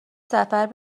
سفر